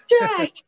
trash